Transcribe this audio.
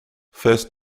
first